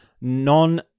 non